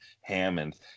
Hammond